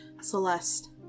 Celeste